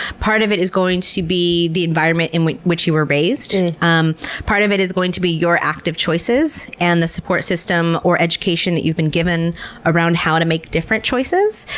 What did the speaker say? part of it is going to be the environment in which which you were raised, and um part of it is going to be your active choices and the support system or education that you've been given around how to make different choices.